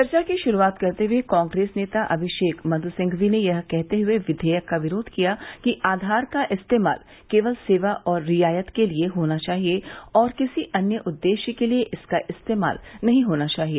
चर्चा की शुरुआत करते हुए कांग्रेस नेता अभिषेक मनुसिंघवी ने यह कहते हुए विघेयक का विरोध किया कि आधार का इस्तेमाल केवल सेवा और रियायत के लिए होना चाहिए और किसी अन्य उद्देश्य के लिए इसका इस्तेमाल नहीं होना चाहिए